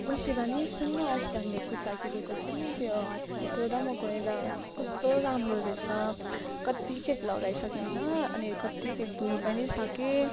ओइ शिवानी सुन न अस्ति हामी कुर्ता किनेको थियो नि त्यो तँ र म गएर कस्तो राम्रो रहेछ कति खेप लगाइसके होइन अनि कति खेप धोइ पनि सके